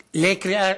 לקריאה,